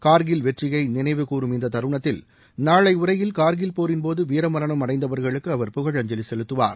கார்கில் வெற்றியை நினைவுகூரும் இந்த தருணத்தில் நாளை உரையில் கார்கில் போரின்போது வீரமரணம் அடைந்தவர்களுக்கு அவர் புகழஞ்சலி செலுத்துவார்